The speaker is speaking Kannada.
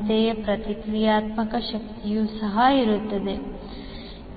ಅಂತೆಯೇ ಪ್ರತಿಕ್ರಿಯಾತ್ಮಕ ಶಕ್ತಿಯು ಸಹ ಇರುತ್ತದೆ